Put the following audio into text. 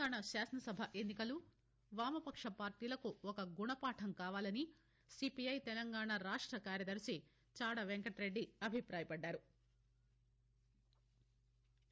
తెలంగాణ శాసనసభ ఎన్నికలు వామపక్ష పార్టీలకు ఒక గుణపాఠం కావాలని సీపీఐ తెలంగాణ రాష్ట కార్యదర్శి చాడ వెంకట్రెడ్డి అభిపాయపడ్డారు